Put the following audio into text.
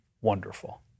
wonderful